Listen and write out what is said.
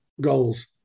goals